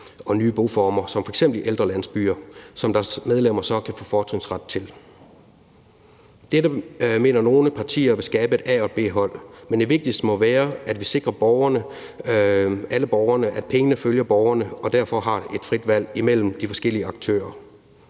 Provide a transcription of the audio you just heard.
og nye boformer som f.eks. ældrelandsbyer, som deres medlemmer så kan få fortrinsret til. Dette mener nogle partier vil skabe et A- og et B-hold, men det vigtigste må være, at vi sikrer alle borgerne, at pengene følger borgerne, som derfor har et frit valg imellem de forskellige aktører.